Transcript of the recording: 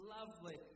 Lovely